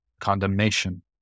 condemnation